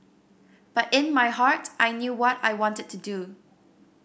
but in my heart I knew what I wanted to do